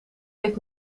heeft